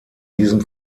diesem